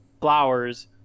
Flowers